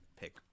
pick